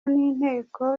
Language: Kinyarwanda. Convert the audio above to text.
n’inteko